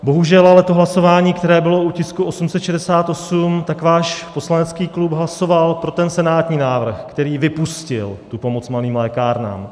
Bohužel ale to hlasování, které bylo u tisku 868, váš poslanecký klub hlasoval pro ten senátní návrh, který vypustil tu pomoc malým lékárnám.